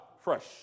fresh